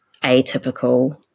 atypical